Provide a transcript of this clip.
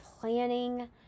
planning